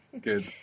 Good